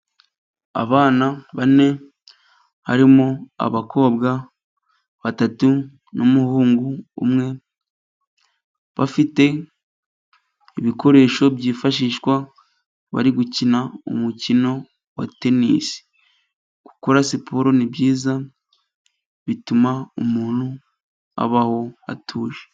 Abana bane harimo abakobwa batatu n'umuhungu umwe. Bafite ibikoresho byifashishwa bari gukina umukino wa tenisi. Gukora siporo ni byiza bituma umuntu abaho atuje.